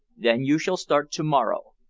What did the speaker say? then you shall start to-morrow.